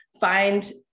find